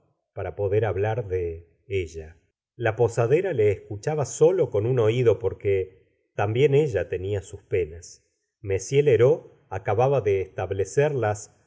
para poder hablar de celia l a posadera le escuchaba solo con un oido porque también ela tenia sus penas ll lheureux acababa de establecer las